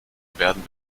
werden